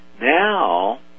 now